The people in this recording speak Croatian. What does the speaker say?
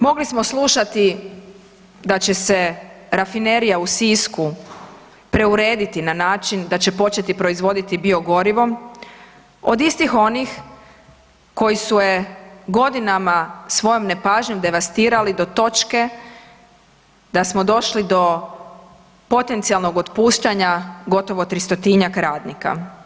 Mogli smo slušati da će se rafinerija u Sisku preurediti na način da će početi proizvoditi gorivo od istih onih koji su je godinama svojom nepažnjom devastirali do točke da smo došli do potencijalnog otpuštanja gotovo 300-tinjak radnika?